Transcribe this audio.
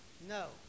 No